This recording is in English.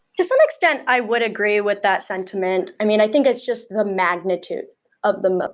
to some extent, i would agree with that sentiment. i mean, i think it's just the magnitude of the moat.